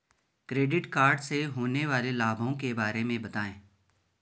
Credit card से होने वाले लाभों के बारे में बताएं?